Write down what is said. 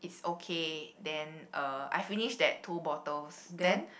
it's okay then uh I finish that two bottles then